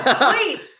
Wait